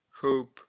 hope